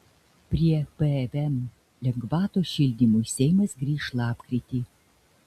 prie pvm lengvatos šildymui seimas grįš lapkritį